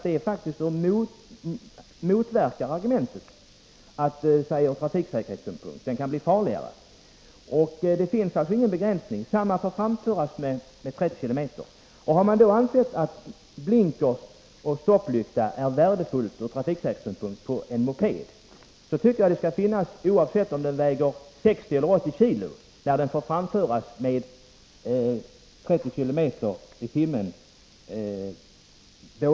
Den nya mopeden kan alltså bli farligare. Det finns ingen begränsning. Mopeden får framföras med en hastighet av 30 km/tim. Har man ansett att blinkrar och stopplykta på en moped är värdefulla ur trafiksäkerhetssynpunkt, tycker jag utrustningen skall finnas oavsett om mopeden väger 60 eller 80 kg eftersom den får framföras med 30 km i timmen.